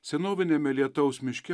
senoviniame lietaus miške